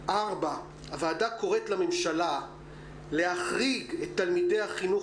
הוועדה קוראת לממשלה להחריג את תלמידי החינוך